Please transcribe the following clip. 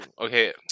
Okay